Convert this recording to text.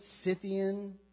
Scythian